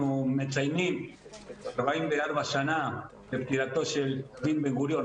מציינים 44 שנה לפטירתו של דוד בן גוריון,